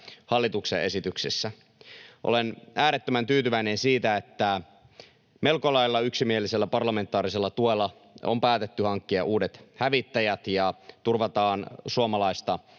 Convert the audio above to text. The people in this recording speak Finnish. hallituksen esityksissä. Olen äärettömän tyytyväinen siitä, että melko lailla yksimielisellä parlamentaarisella tuella on päätetty hankkia uudet hävittäjät ja turvataan Suomen